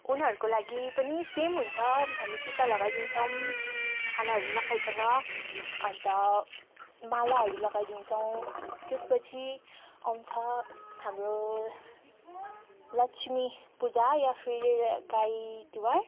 उनीहरूको लागि पनि सेम हुन्छ हामी टिका लगाइदिन्छौँ खानाहरू नखाइकन अन्त मालाहरू लगाइदिन्छौँ त्यसपछि आउँछ हाम्रो लक्ष्मी पूजा या फिर गाई तिहार